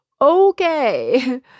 okay